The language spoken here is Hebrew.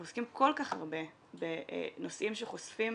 אנחנו עוסקים כל כך הרבה בנושאים שחושפים